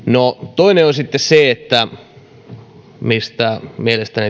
toinen on sitten se mistä mielestäni